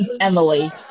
Emily